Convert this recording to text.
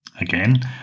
again